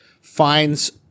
finds